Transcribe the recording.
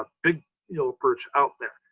ah big yellow perch out there,